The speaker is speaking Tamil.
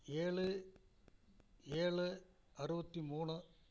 ஏழு ஏழு அறுபத்தி மூணு